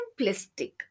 simplistic